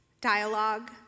dialogue